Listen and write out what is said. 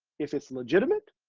if it's legitimate,